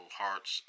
hearts